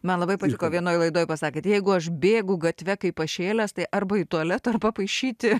man labai patiko vienoj laidoj pasakėt jeigu aš bėgu gatve kaip pašėlęs tai arba į tualetą ar papaišyti